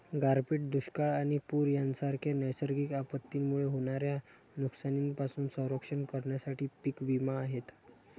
गारपीट, दुष्काळ आणि पूर यांसारख्या नैसर्गिक आपत्तींमुळे होणाऱ्या नुकसानीपासून संरक्षण करण्यासाठी पीक विमा आहे